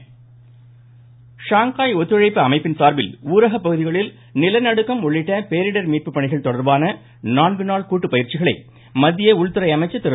சுகுகு Amit Shah Shanghai ஒத்துழைப்பு அமைப்பின் சார்பில் ஊரக பகுதிகளில் நிலநடுக்கம் உள்ளிட்ட பேரிடர் மீட்பு பணிகள் தொடர்பான நான்கு நாள் கூட்டு பயிற்சிகளை மத்திய உள்துறை அமைச்சர் திரு